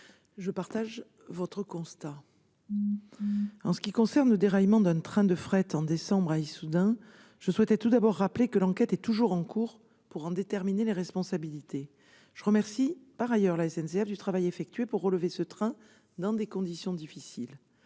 je partage votre constat. En ce qui concerne le déraillement d'un train de fret en décembre à Issoudun, je souhaite tout d'abord rappeler que l'enquête est toujours en cours pour en déterminer les responsabilités. Je remercie par ailleurs la SNCF du travail effectué pour relever ce train dans des conditions difficiles.